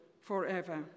forever